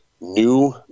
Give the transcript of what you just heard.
new